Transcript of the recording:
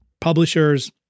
publishers